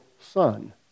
son